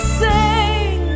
sing